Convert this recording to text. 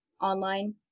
online